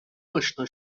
اشنا